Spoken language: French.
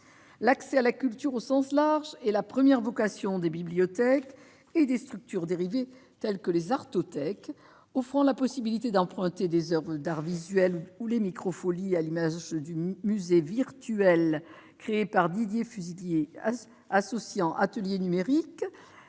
L'accès à la culture, au sens large, est la première vocation des bibliothèques et des structures dérivées comme les artothèques, qui offrent la possibilité d'emprunter des oeuvres d'arts visuels, et les Micro-folies, qui, à l'image du musée virtuel créé par Didier Fusillier, associent atelier numérique,